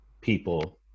people